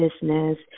business